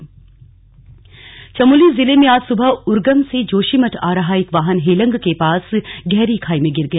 द्घटना चमोली जिले में आज सुबह उर्गम से जोशीमठ आ रहा एक वाहन हेलंग के पास गहरी खाई में गिर गया